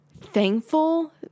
thankful